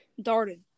Darden